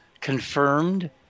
confirmed